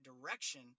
direction